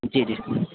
جی جی